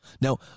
Now